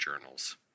journals